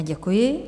Děkuji.